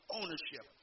ownership